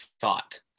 thought